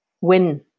win